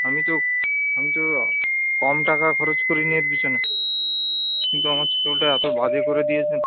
আমি তো আমি তো কম টাকা খরচ করিনি এর পিছনে কিন্তু আমার চুলটা এত বাজে করে দিয়েছেন